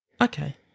okay